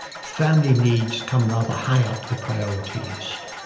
family needs come rather high up the priority list.